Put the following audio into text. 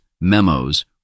memos